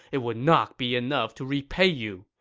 it would not be enough to repay you.